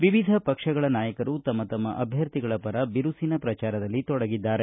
ವಿವಿಧ ಪಕ್ಷಗಳ ನಾಯಕರು ತಮ್ಮ ತಮ್ಮ ಅಭ್ಯರ್ಥಿಗಳ ಪರ ಬಿರುಸಿನ ಪ್ರಚಾರದಲ್ಲಿ ತೊಡಗಿದ್ದಾರೆ